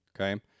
Okay